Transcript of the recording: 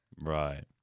Right